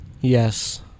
Yes